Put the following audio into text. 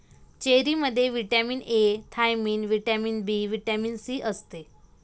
चेरीमध्ये vitamin A, thiamine, vitamin B, vitamin C असते